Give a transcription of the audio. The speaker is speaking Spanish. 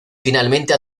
finalmente